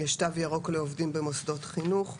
יש "תו ירוק" לעובדים במוסדות חינוך,